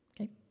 okay